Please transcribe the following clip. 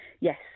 yes